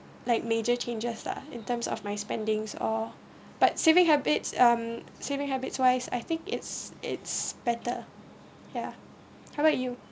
like major changes lah in terms of my spendings or but saving habits um saving habits wise I think it's it's better ya how about you